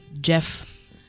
Jeff